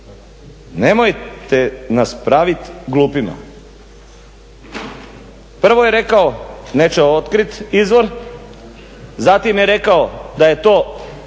Nemojte nas praviti glupima. Prvo je rekao neće otkriti izvor, zatim je rekao da je to